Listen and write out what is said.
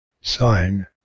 Sign